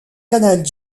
canal